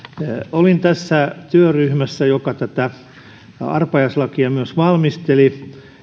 olin tässä työryhmässä joka tätä arpajaislakia myös valmisteli